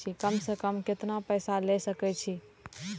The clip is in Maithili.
कम से कम केतना पैसा ले सके छी?